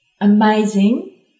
amazing